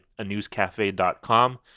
anewscafe.com